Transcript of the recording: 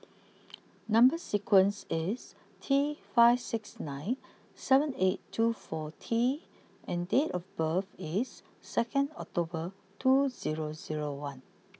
number sequence is T five six nine seven eight two four T and date of birth is second October two zero zero one